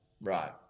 Right